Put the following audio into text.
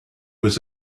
was